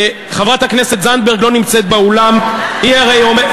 חברת הכנסת זנדברג לא נמצאת באולם, למה לא?